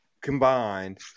combined